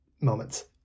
moments